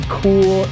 cool